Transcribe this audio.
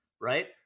right